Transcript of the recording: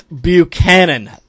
Buchanan